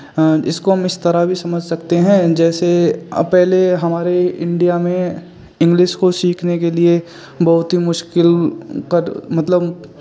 इसको हम इस तरह भी समझ सकते हैं जैसे पहले हमारे इंडिया में इंग्लिश को सीखने के लिए बहुत ही मुश्किल पर मतलब